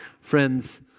Friends